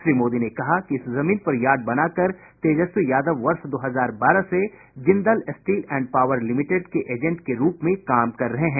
श्री मोदी ने कहा कि इस जमीन पर यार्ड बनाकर तेजस्वी यादव वर्ष दो हजार बारह से Jindal steel and power limited के एजेंट के रूप में काम कर रहें हैं